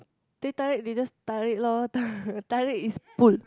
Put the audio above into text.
teh tarik they just tarik lor ta~ tarik is pull